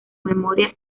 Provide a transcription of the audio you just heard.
memoria